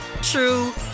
true